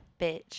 Bitch